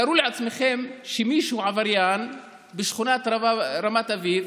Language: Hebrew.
תארו לעצמכם שמישהו עבריין בשכונת רמת אביב